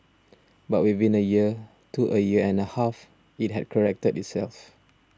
but within a year to a year and a half it had corrected itself